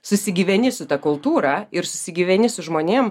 susigyveni su ta kultūra ir susigyveni su žmonėm